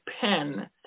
pen